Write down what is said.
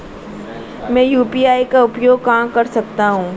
मैं यू.पी.आई का उपयोग कहां कर सकता हूं?